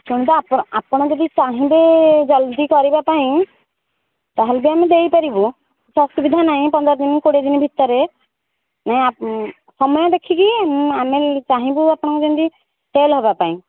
ଶୁଣନ୍ତୁ ଆପଣ ଆପଣ ଯଦି ଚାହିଁବେ ଜଲ୍ଦି କରିବା ପାଇଁ ତା'ହେଲେ ବି ଆମେ ଦେଇପାରିବୁ କିଛି ଅସୁବିଧା ନାହିଁ ପନ୍ଦର ଦିନ କୋଡ଼ିଏ ଦିନ ଭିତରେ ନାଇଁ ସମୟ ଦେଖିକି ଆମେ ଚାହିଁବୁ ଆପଣ ଯେମିତି ସେଲ୍ ହେବା ପାଇଁ